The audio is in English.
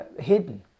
hidden